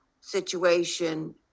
situation